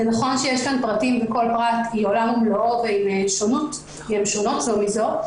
זה נכון שיש כאן פרטים וכל פרט הוא עולם ומלואו כי הן שונות זו מזו,